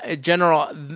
General